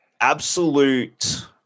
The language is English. absolute